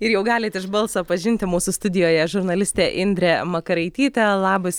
ir jau galit iš balso pažinti mūsų studijoje žurnalistė indrė makaraitytė labas